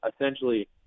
essentially